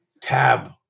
Tab